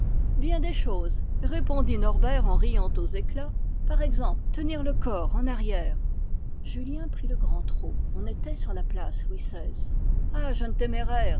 bien des choses répondit norbert en riant aux éclats par exemple tenir le corps en arrière julien prit le grand trot on était sur la place louis xvi ah